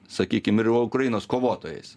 sakykim ir ukrainos kovotojais